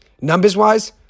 numbers-wise